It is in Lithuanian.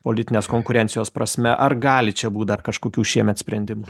politinės konkurencijos prasme ar gali čia būt dar kažkokių šiemet sprendimų